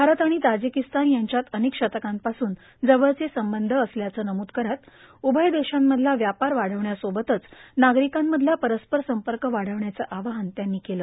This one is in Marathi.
भारत आाण तार्जिाकस्तान यांच्यात अनेक शतकांपासून जवळचे संबंध असल्याचं नमूद करत उभय देशांमधला व्यापार वाढवण्या सोबतच नार्गारकांमधला परस्पर संपर्क वाढवण्याचं आवाहन त्यांनी केलं